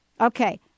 Okay